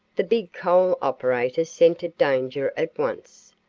the big coal operator scented danger at once.